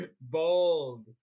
Bold